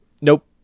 Nope